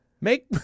Make